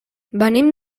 venim